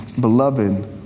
beloved